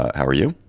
how are you?